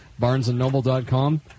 BarnesandNoble.com